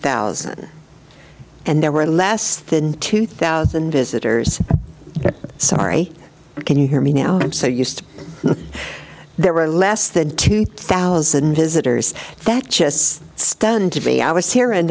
thousand and there were less than two thousand visitors sorry can you hear me now i'm so used there were less than two thousand visitors that just stunned to be i was here